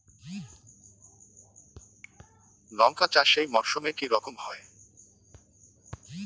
লঙ্কা চাষ এই মরসুমে কি রকম হয়?